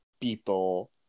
people